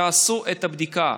תעשו את הבדיקה.